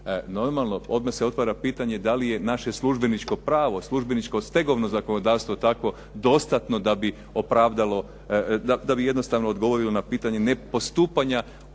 Normalno, odmah se otvara pitanje da li je naše službeničko pravo, službeničko stegovno zakonodavstvo tako dostatno da bi jednostavno odgovorilo na pitanje nepostupanja, neuvažavanja